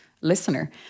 listener